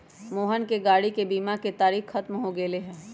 मोहन के गाड़ी के बीमा के तारिक ख़त्म हो गैले है